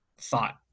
thought